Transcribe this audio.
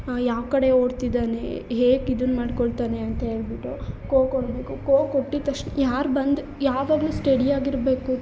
ಯಾವ ಕಡೆ ಓಡ್ತಿದ್ದಾನೆ ಹೇಗೆ ಇದನ್ನು ಮಾಡಿಕೊಳ್ತಾನೆ ಅಂತ ಹೇಳ್ಬಿಟ್ಟು ಕೊ ಕೊಡಬೇಕು ಕೊ ಕೊಟ್ಟಿದ್ದ ತಕ್ಷ್ ಯಾರು ಬಂದು ಯಾವಾಗಲೂ ಸ್ಟಡಿ ಆಗಿರಬೇಕು